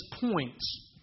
points